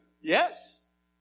Yes